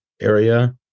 area